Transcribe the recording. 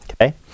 Okay